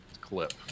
clip